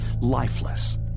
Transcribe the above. lifeless